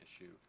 issue